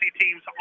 teams